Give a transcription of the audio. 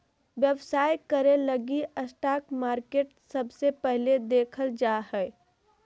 व्यवसाय करे लगी स्टाक मार्केट सबसे पहले देखल जा हय